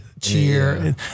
cheer